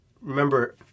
remember